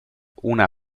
una